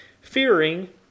fearing